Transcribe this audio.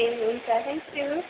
ए हुन्छ थ्याङ्कयू